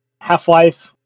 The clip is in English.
Half-Life